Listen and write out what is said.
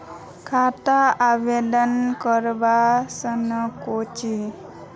खाता आवेदन करवा संकोची?